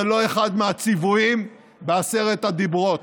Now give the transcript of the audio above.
זה לא אחד מהציוויים בעשרת הדיברות.